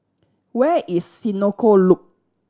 where is Senoko Loop